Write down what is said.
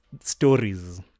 stories